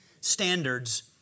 standards